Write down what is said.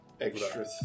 extra